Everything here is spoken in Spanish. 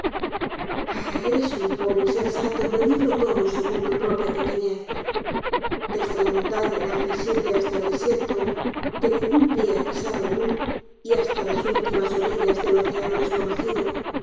ah eres un pobre insensato en medirlo todo según tu propia pequenez desde la montaña inaccesible hasta el desierto que ningún pie ha pisado aun y hasta las últimas orillas del océano desconocido